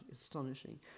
astonishing